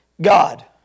God